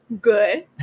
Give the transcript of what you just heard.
Good